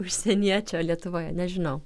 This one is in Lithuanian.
užsieniečio lietuvoje nežinau